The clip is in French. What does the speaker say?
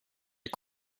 est